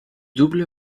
double